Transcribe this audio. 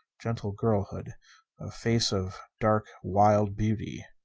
gentle girlhood. a face of dark, wild beauty.